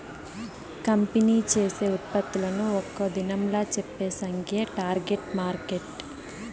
company చేసే ఉత్పత్తులను ఒక్క దినంలా చెప్పే సంఖ్యే టార్గెట్ మార్కెట్